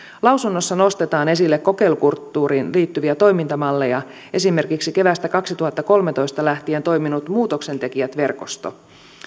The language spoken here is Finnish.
lausunnossa nostetaan esille kokeilukulttuuriin liittyviä toimintamalleja esimerkiksi keväästä kaksituhattakolmetoista lähtien toiminut muutoksentekijät verkosto